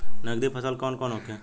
नकदी फसल कौन कौनहोखे?